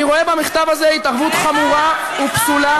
אני רואה במכתב הזה התערבות חמורה וכפולה,